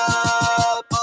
up